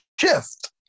shift